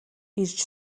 ирж